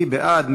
מי בעד?